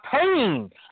pain